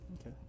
Okay